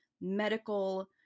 medical